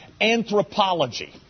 anthropology